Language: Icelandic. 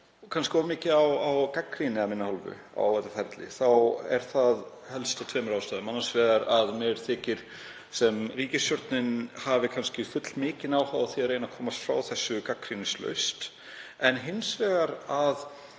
ber kannski of mikið á gagnrýni af minni hálfu á þetta ferli þá er það helst af tveimur ástæðum, annars vegar að mér þykir sem ríkisstjórnin hafi kannski fullmikinn áhuga á því að reyna að komast frá þessu gagnrýnislaust en hins vegar af